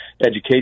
education